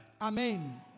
Amen